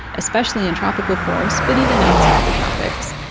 especially in tropical forests, but even outside the tropics,